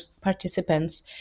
participants